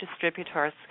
distributors